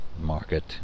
market